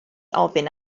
ofyn